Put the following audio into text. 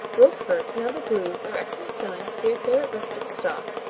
roquefort and other blues are excellent fillings for your favorite vegetable stalk,